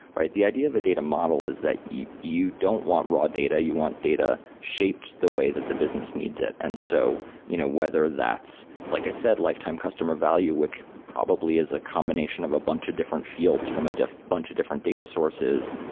right? the idea of a data model is that you you don't want raw data. you want data shaped the way that the business needs it. and so you know whether that's like i said, lifetime customer value, which probably is a combination of a bunch of different fields from a bunch of different data sources,